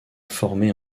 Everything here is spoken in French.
former